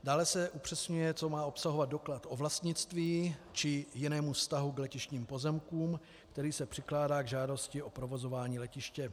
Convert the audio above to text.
Dále se upřesňuje, co má obsahovat doklad o vlastnictví či jiném vztahu k letištním pozemkům, který se přikládá k žádosti o provozování letiště.